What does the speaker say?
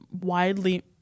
widely